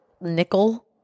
nickel